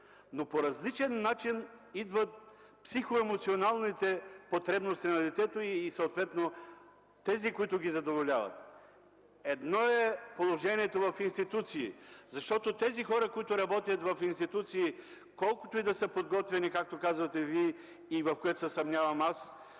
но по различен начин следват психоемоционалните потребности на детето, и съответно тези, които ги задоволяват. Едно е положението в институциите. Тези хора, които работят в институциите, колкото и да са подготвени, както казвате Вие, и в което се съмнявам аз,